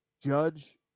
Judge